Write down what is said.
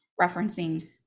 referencing